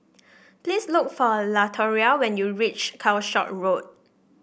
please look for Latoria when you reach Calshot Road